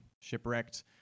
shipwrecked